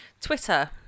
Twitter